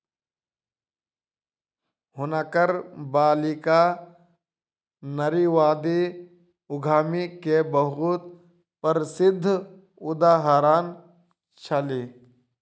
हुनकर बालिका नारीवादी उद्यमी के बहुत प्रसिद्ध उदाहरण छली